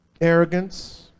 arrogance